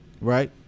Right